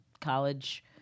college